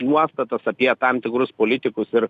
nuostatas apie tam tikrus politikus ir